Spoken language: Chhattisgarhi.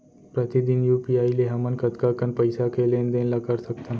प्रतिदन यू.पी.आई ले हमन कतका कन पइसा के लेन देन ल कर सकथन?